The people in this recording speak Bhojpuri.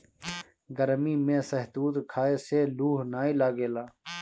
गरमी में शहतूत खाए से लूह नाइ लागेला